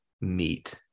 meet